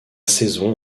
saison